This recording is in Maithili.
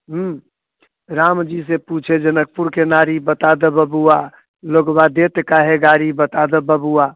हूँ रामजी सँ पूछे जनकपुरके नारी बता दऽ बबुआ लोगबा देत काहे गारी बता दऽ बबुआ